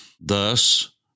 Thus